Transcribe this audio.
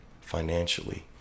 financially